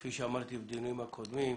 כפי שאמרתי בדיונים הקודמים,